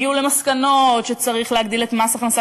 הגיעו למסקנות שצריך להגדיל את מס ההכנסה